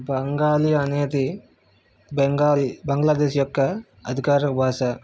బెంగాలీ అనేది బెంగాలీ బంగ్లాదేశ్ యొక్క అధికార భాస